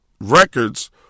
records